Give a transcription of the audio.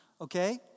okay